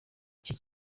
iki